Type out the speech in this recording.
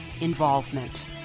involvement